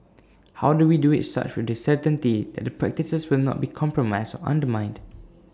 how do we do IT such with the certainty that the practices will not be compromised undermined